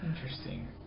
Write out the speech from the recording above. Interesting